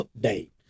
update